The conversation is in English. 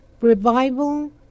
Revival